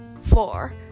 Four